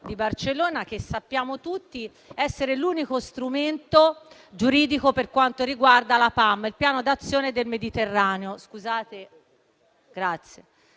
di Barcellona, che sappiamo tutti essere l'unico strumento giuridico per quanto riguarda il PAM, il Piano d'azione del Mediterraneo.